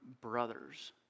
brothers